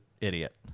idiot